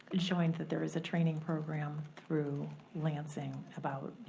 and showing that there is a training program through lansing about,